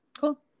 cool